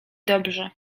dobrze